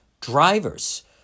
drivers